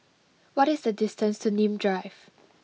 what is the distance to Nim Drive